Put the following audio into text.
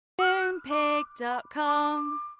Moonpig.com